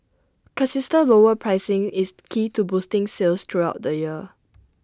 consistent lower pricing is key to boosting sales throughout the year